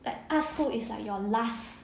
like art school is like your last